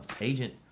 agent